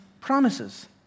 promises